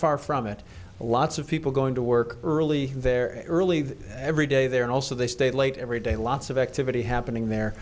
far from it lots of people going to work early there early every day there and also they stay late every day lots of activity happening there